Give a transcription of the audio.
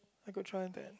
I could try that